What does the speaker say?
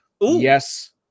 Yes